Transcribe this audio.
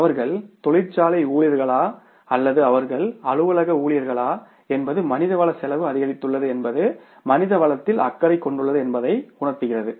அவர்கள் தொழிற்சாலை ஊழியர்களா அல்லது அவர்கள் அலுவலக ஊழியர்களா என்பது மனிதவள செலவு அதிகரித்துள்ளது என்பது மனித வளத்தில் அக்கறை கொண்டுள்ளது என்பதை உணர்த்துகிறது